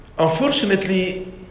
Unfortunately